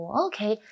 okay